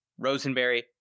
Rosenberry